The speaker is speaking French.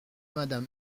madame